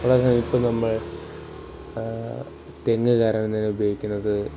ഇപ്പോൾ നമ്മൾ തെങ്ങ് കയറാൻ തന്നെ ഉപയോഗിക്കുന്നത്